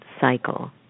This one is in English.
cycle